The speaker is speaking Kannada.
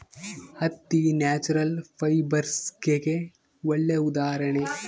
ಹತ್ತಿ ನ್ಯಾಚುರಲ್ ಫೈಬರ್ಸ್ಗೆಗೆ ಒಳ್ಳೆ ಉದಾಹರಣೆ